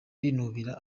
binubira